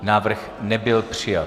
Návrh nebyl přijat.